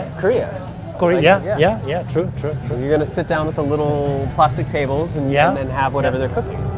korea korea, yeah, yeah, true, true. you're gonna sit down at the little plastic tables and yeah then have whatever they're cooking.